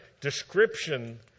description